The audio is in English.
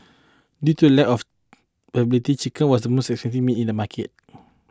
due to lack of availability chicken was most expensive meat in the market